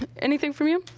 anything from you?